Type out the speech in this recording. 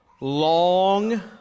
long